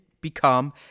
become